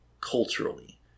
culturally